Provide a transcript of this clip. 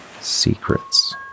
Secrets